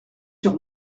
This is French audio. sur